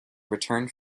returned